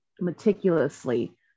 meticulously